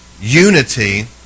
unity